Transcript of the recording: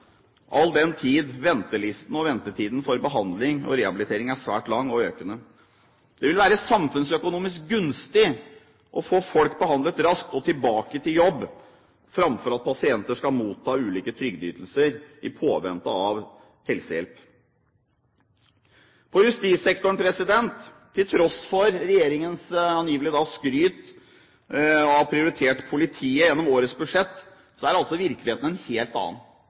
all den tid ventelisten og ventetiden for behandling og rehabilitering er svært lang og økende. Det vil være samfunnsøkonomisk gunstig å få folk behandlet raskt og tilbake til jobb framfor at pasienter skal motta ulike trygdeytelser i påvente av helsehjelp. På justissektoren: Til tross for regjeringens skryt av å angivelig ha prioritert politiet gjennom årets budsjett, er virkeligheten en helt annen.